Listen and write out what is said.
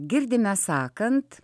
girdime sakant